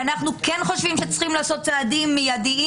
ואנחנו כן חושבים שצריכים לעשות צעדים מיידיים